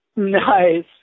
Nice